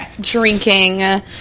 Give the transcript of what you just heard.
drinking